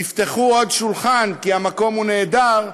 יפתחו עוד שולחן, כי המקום הוא נהדר,